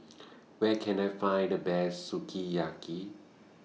Where Can I Find The Best Sukiyaki